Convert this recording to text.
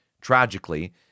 Tragically